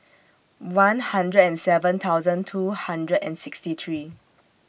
one hundred and seven thousand two hundred and sixty three